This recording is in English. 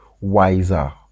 wiser